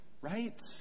right